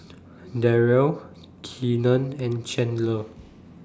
Darryle Keenen and Chandler